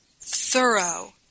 thorough